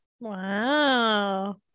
Wow